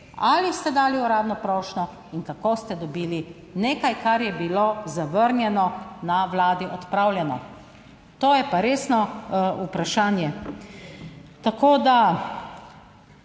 Ali ste dali uradno prošnjo in kako ste dobili nekaj, kar je bilo zavrnjeno na Vladi odpravljeno? To je pa resno vprašanje.